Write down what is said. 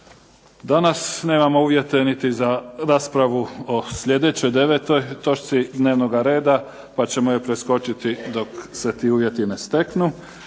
Danas nemamo uvjete niti za raspravu o sljedećoj 9. točci dnevnoga reda, pa ćemo je preskočiti dok se ti uvjeti ne steknu.